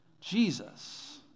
Jesus